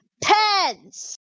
pens